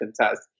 contest